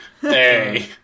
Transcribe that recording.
Hey